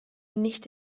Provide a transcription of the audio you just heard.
nicht